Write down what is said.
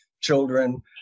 children